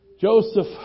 Joseph